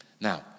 Now